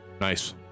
nice